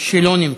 שלא נמצא,